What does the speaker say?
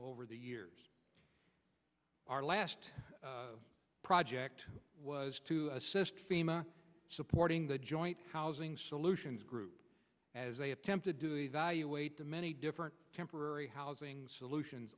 over the years our last project was to assist fema supporting the joint housing solutions group as they attempted to evaluate the many different temporary housing solutions